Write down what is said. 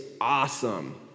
awesome